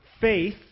faith